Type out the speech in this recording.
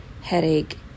headache